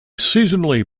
seasonally